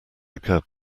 occurred